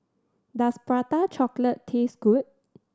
does Prata Chocolate taste good